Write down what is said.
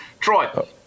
Troy